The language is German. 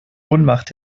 ohnmacht